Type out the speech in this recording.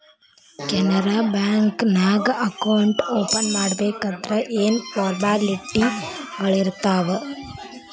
Canara bank ನ್ಯಾಗ account open ಮಾಡ್ಬೇಕಂದರ ಯೇನ್ ಫಾರ್ಮಾಲಿಟಿಗಳಿರ್ತಾವ?